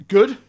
Good